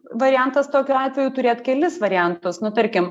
variantas tokiu atveju turėt kelis variantus nu tarkim